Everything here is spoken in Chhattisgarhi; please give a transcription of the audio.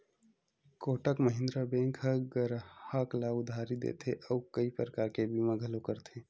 कोटक महिंद्रा बेंक ह गराहक ल उधारी देथे अउ कइ परकार के बीमा घलो करथे